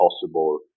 possible